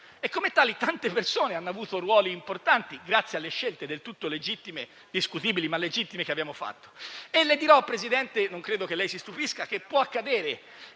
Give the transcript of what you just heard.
tale, tante persone hanno avuto ruoli importanti grazie alle scelte, del tutto legittime - discutibili ma legittime - che abbiamo fatto. Presidente, non credo che lei si stupisca, ma le dirò